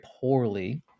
poorly